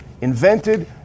invented